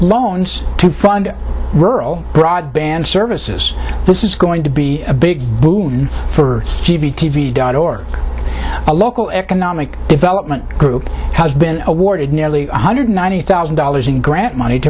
loans to fund rural broadband services this is going to be a big boon for t v dot org a local economic development group has been awarded nearly one hundred ninety thousand dollars in grant money to